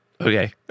Okay